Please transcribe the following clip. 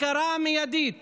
הכרה מיידית